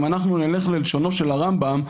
אם אנחנו נלך ללשונו של הרמב"ם,